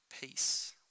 peace